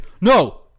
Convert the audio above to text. No